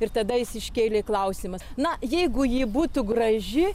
ir tada jis iškėlė klausimą na jeigu ji būtų graži